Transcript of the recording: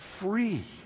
free